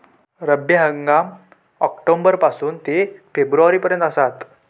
रब्बी हंगाम ऑक्टोबर पासून ते फेब्रुवारी पर्यंत आसात